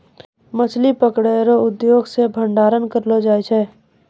मछली पकड़ै रो उद्योग से भंडारण करलो जाय छै